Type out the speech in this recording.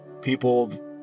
people